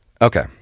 Okay